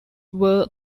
were